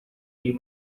new